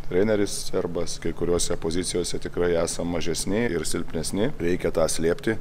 treneris serbas kai kuriose pozicijose tikrai esam mažesni ir silpnesni reikia tą slėpti